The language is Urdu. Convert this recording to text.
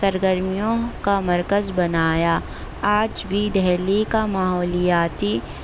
سرگرمیوں کا مرکز بنایا آج بھی دہلی کا ماحولیاتی